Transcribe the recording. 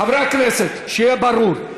חברי הכנסת, שיהיה ברור.